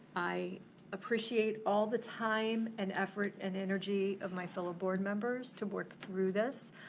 i appreciate all the time and effort and energy of my fellow board members to work through this.